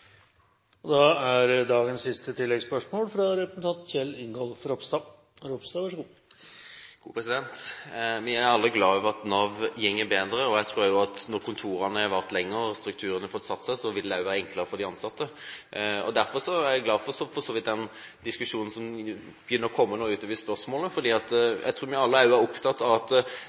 Kjell Ingolf Ropstad – til oppfølgingsspørsmål. Vi er alle glade for at Nav går bedre, og jeg tror også at når kontorene har fungert en stund og strukturene har satt seg, vil det også være enklere for de ansatte. Derfor er jeg glad for den diskusjonen som nå begynner å komme om disse spørsmålene, fordi jeg tror vi alle er opptatt av at